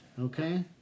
Okay